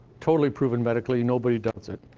totally proven medically, nobody doubts it.